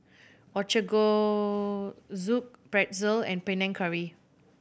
Ochazuke Pretzel and Panang Curry